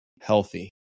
healthy